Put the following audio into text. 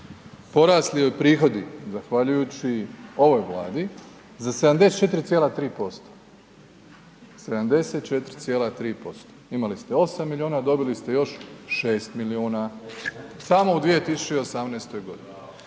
porasli joj prihodi zahvaljujući ovoj Vladi za 74,3%, imali ste 8 milijuna, dobili ste još 6 milijuna samo u 2018. godini.